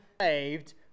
saved